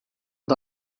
the